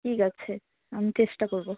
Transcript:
ঠিক আছে আমি চেষ্টা করবো